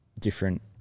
different